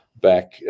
back